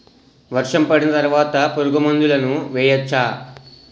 వర్షం పడిన తర్వాత పురుగు మందులను వేయచ్చా?